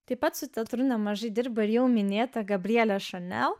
taip pat su teatru nemažai dirbo ir jau minėta gabrielė šanel